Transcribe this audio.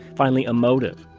finally a motive.